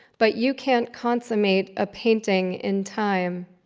but you can't consummate a painting in time.